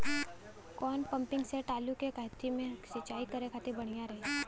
कौन pumping set आलू के कहती मे सिचाई करे खातिर बढ़िया रही?